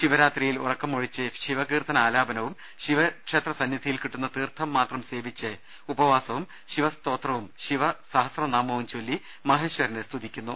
ശിവരാത്രിയിൽ ഉറക്കമൊഴിച്ച് ശിവകീർത്തന ആലാപനവും ശിവക്ഷേത്ര സന്നിധിയിൽ കിട്ടുന്ന തീർത്ഥം മാത്രം സേവിച്ച് ഉപവാസവും ശിവസ്തോത്രവും ശിവ സഹസ്രനാമവും ചൊല്ലി മഹേശ്വരനെ സ്തുതിക്കുന്നു